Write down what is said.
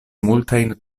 multajn